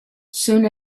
soon